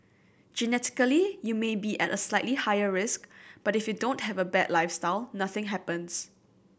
genetically you may be at a slightly higher risk but if you don't have a bad lifestyle nothing happens